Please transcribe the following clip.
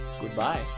Goodbye